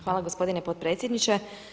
Hvala gospodine potpredsjedniče.